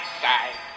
side